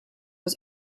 was